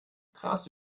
gras